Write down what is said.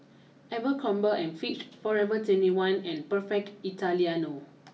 Abercrombie and Fitch forever twenty one and perfect Italiano